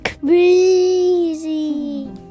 crazy